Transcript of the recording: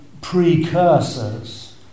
precursors